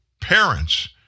parents